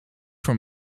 voor